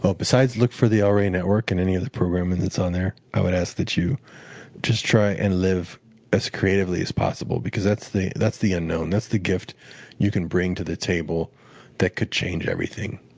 but besides look for the el rey network and any of the programming that's on there, i would ask that you just try and live as creatively as possible, because that's the that's the unknown. that's the gift you can bring to the table that could change everything.